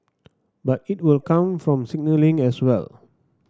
but it will come from signalling as well